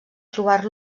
trobar